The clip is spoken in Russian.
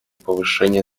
повышения